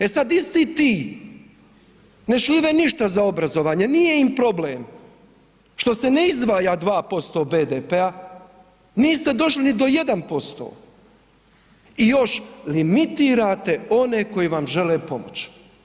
E sad isti ti ne šljive ništa za obrazovanje, nije im problem što se ne izdvaja 2% BDP-a, niste došli ni do 1% i još limitirate one koji vam žele pomoć.